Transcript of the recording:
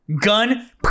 Gun